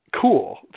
cool